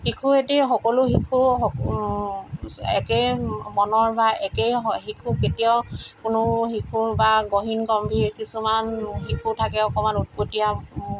শিশু এটি সকলো শিশু একে মনৰ বা একে শিশু কেতিয়াও কোনো শিশুৰ বা গহীন গম্ভীৰ কিছুমান শিশু থাকে অকণমান উৎপতীয়া